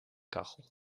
kachel